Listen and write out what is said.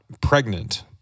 pregnant